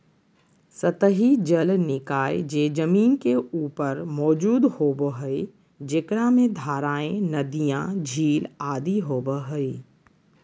सतही जल निकाय जे जमीन के ऊपर मौजूद होबो हइ, जेकरा में धाराएँ, नदियाँ, झील आदि होबो हइ